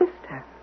sister